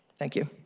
thank you.